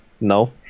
No